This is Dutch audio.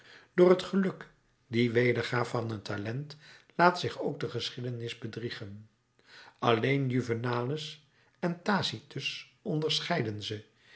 door het geluk die wederga van het talent laat zich ook de geschiedenis bedriegen alleen juvenalis en tacitus onderscheiden ze